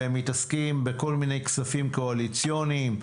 והם מתעסקים בכל מיני כספים קואליציוניים,